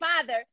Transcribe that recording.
father